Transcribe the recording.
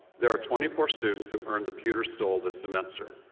there are twenty four students who earned the pewter stole this semester.